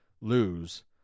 lose